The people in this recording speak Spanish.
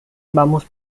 vamos